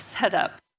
setup